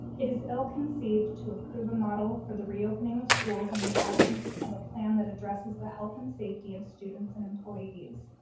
it is ill conceived to approve a model for the reopening of schools in the absence of a plan that addresses the health and safety of students and employees.